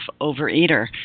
overeater